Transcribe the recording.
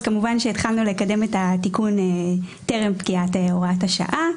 אז כמובן שהתחלנו לקדם את התיקון טרם פקיעת הוראת השעה.